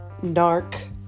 Narc